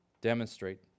demonstrate